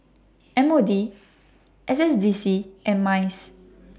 M O D S S D C and Mice